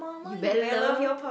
you better love